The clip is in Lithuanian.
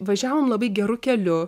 važiavom labai geru keliu